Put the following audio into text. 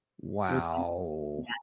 Wow